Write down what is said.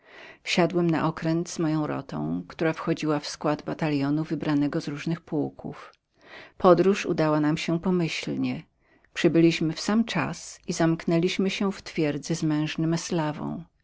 wsiadłem na okręt z moją rotą która wchodziła do składu batalionu wybranego z różnych pułków podróż udała nam się pomyślnie przybyliśmy w sam czas i zamknęliśmy się w twierdzy z mężnym